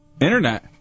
Internet